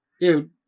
dude